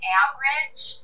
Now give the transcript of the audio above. average